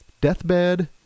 Deathbed